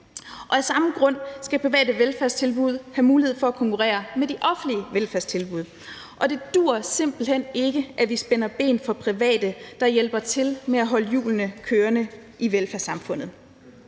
Og af samme grund skal private velfærdstilbud have mulighed for at konkurrere med de offentlige velfærdstilbud, og det duer simpelt hen ikke, at vi spænder ben for private, der hjælper til med at holde hjulene kørende i velfærdssamfundet.